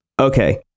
Okay